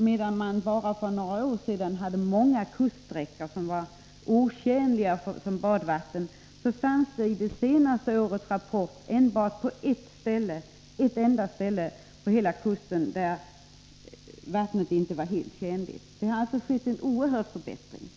Medan för bara några år sedan många kuststräckor var otjänliga för bad visade det senaste årets rapport att endast på ett ställe på hela kusten var vattnet inte helt tjänligt för bad. Det har alltså skett en oerhörd förbättring.